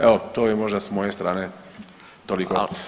Evo, to bi možda s moje strane toliko.